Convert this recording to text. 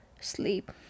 sleep